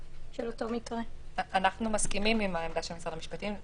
אנחנו מסכימים עם עמדת משרד המשפטים.